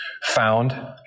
found